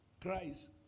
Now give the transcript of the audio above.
cries